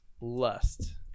lust